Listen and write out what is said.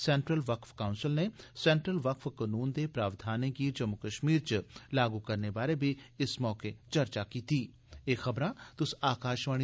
central वकफ council नै central वकफ कानून दे प्रावधानें गी जम्मू कश्मीर च लागू करने बारै बी इस मौके चर्चा कीती गेई